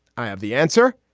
i have the answer.